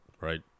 right